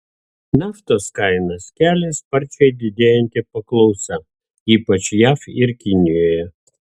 naftos kainas kelia sparčiai didėjanti paklausa ypač jav ir kinijoje